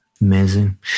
Amazing